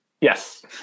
Yes